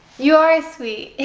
you are sweet,